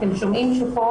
אתם שומעים שפה,